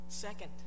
second